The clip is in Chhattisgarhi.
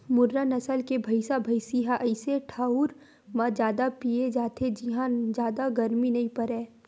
मुर्रा नसल के भइसा भइसी ह अइसे ठउर म जादा पाए जाथे जिंहा जादा गरमी नइ परय